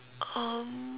um